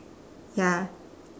ya